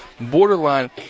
borderline